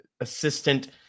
assistant